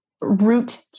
root